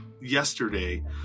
yesterday